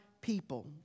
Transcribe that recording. people